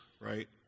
right